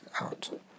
out